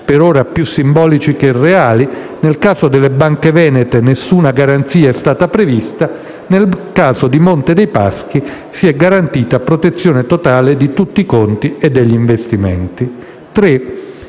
(per ora più simbolici che reali), nel caso delle banche venete nessuna garanzia è stata prevista e nel caso di Monte dei paschi si è garantita la protezione totale di tutti i conti e degli investimenti.